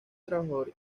trabajador